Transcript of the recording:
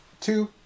two